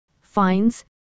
fines